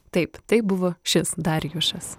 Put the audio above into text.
taip tai buvo šis darjušas